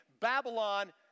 Babylon